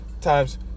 times